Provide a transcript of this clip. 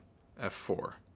f four.